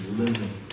living